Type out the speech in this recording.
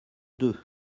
deux